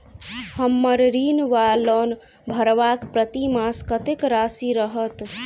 हम्मर ऋण वा लोन भरबाक प्रतिमास कत्तेक राशि रहत?